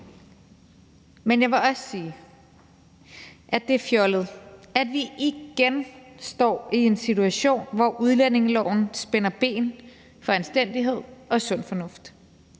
Men jeg vil også sige, at det er fjollet, at vi igen står i en situation, hvor udlændingeloven spænder ben for anstændighed og sund fornuft.